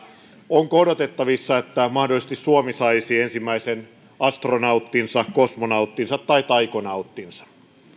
onko odotettavissa että mahdollisesti suomi saisi ensimmäisen astronauttinsa kosmonauttinsa tai taikonauttinsa